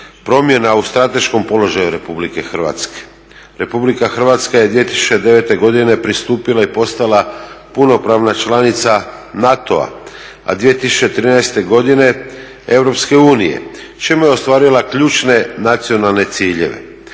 promjena u strateškom položaju Republike Hrvatske. Republika Hrvatska je 2009. godine pristupila i postala punopravna članica NATO-a, a 2013. godine Europske unije čime je ostvarila ključne nacionalne ciljeve.